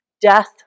death